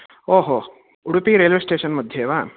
ओहो उडुपि रैल्वेस्टेषन् मध्ये वा